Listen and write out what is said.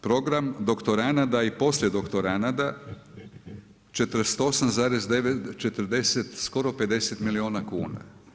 Program doktoranada i poslijedoktoranada skoro 50 milijuna kuna.